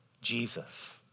Jesus